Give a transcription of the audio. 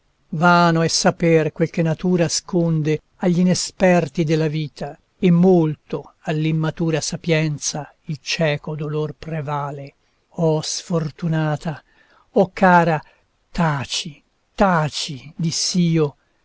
vano è saper quel che natura asconde agl'inesperti della vita e molto all'immatura sapienza il cieco dolor prevale oh sfortunata oh cara taci taci diss'io che